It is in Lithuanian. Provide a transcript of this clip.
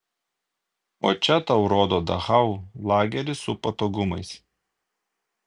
o čia tau rodo dachau lagerį su patogumais